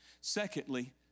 Secondly